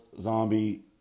zombie